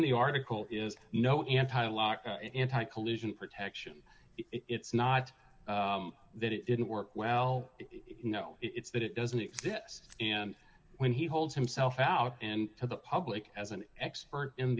in the article is no anti lock anti collision protection it's not that it didn't work well no it's that it doesn't exist and when he holds himself out and to the public as an expert in